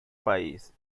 país